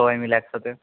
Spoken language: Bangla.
সবাই মিলে একসাথে